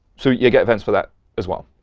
so you get events for that as well.